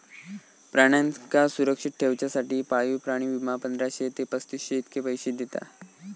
प्राण्यांका सुरक्षित ठेवच्यासाठी पाळीव प्राणी विमा, पंधराशे ते पस्तीसशे इतके पैशे दिता